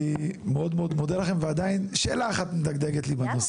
אני מאוד מאוד מודה לכם ועדיין שאלה אחת מדגדגת לי מאוד.